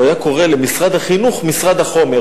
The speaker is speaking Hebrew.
הוא היה קורא למשרד החינוך משרד החומר.